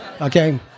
Okay